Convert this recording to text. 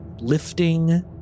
lifting